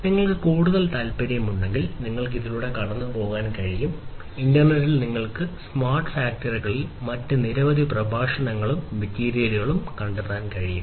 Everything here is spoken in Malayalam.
നിങ്ങൾക്ക് കൂടുതൽ താൽപ്പര്യമുണ്ടെങ്കിൽ നിങ്ങൾക്ക് കടന്നുപോകാൻ കഴിയും ഇന്റർനെറ്റിൽ നിങ്ങൾക്ക് സ്മാർട്ട് ഫാക്ടറികളിൽ മറ്റ് നിരവധി പ്രഭാഷണങ്ങളും മറ്റ് മെറ്റീരിയലുകളും കണ്ടെത്താൻ കഴിയും